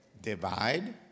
Divide